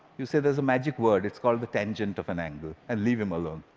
you say, there's a magic word. it's called the tangent of an angle, and leave him alone.